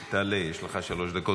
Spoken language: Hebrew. תעלה, יש לך שלוש דקות.